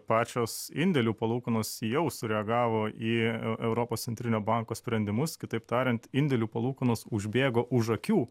pačios indėlių palūkanos jau sureagavo į eu europos centrinio banko sprendimus kitaip tariant indėlių palūkanos užbėgo už akių